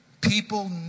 people